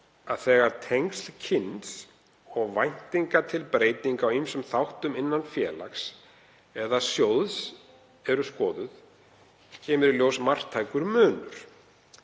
að þegar tengsl kyns og væntingar til breytinga á ýmsum þáttum innan félags eða sjóðs eru skoðuð kemur í ljós marktækur munur.